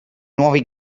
nuovi